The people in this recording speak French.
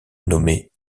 nommé